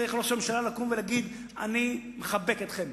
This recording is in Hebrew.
צריך ראש הממשלה לקום ולהגיד: אני מחבק אתכם,